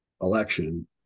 election